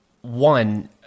one